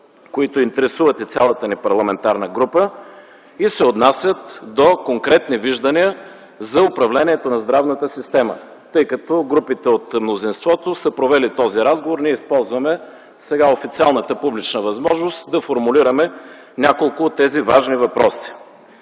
които интересуват и цялата ни парламентарна група и се отнасят до конкретни виждания за управлението на здравната система. Групите от мнозинството са провели този разговор, а ние сега използваме официалната публична възможност да формулираме няколко от тези важни въпроси.